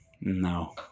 No